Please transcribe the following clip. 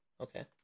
Okay